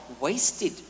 wasted